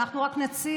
אנחנו רק נציע,